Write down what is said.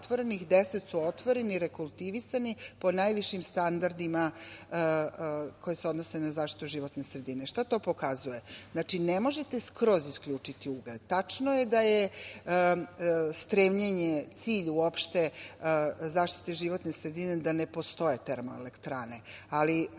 10 su otvoreni, rekultivisani po najvišim standardima koji se odnose na zaštitu životne sredine. Šta to pokazuje? Znači, ne možete skroz isključiti ugalj. Tačno je da je stremljenje cilj uopšte zaštite životne sredine da ne postoje termoelektrane.